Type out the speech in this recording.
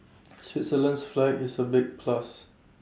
Switzerland's flag is A big plus